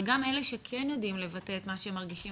אבל גם אלה שכן יודעים לבטא את מה שהם מרגישים